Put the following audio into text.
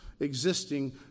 Existing